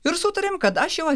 ir sutarėm kad aš jau